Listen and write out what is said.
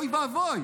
אוי ואבוי,